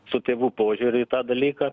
su tėvų požiūriu į tą dalyką